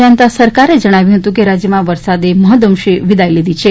જયંતા સરકારે જણાવ્યું હતું કે રાજ્યમાં વરસાદે મહદઅંશે વિદાય લીધી છે